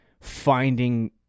finding